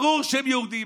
ברור שהם יהודים.